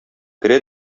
керә